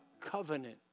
covenant